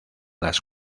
las